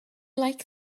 like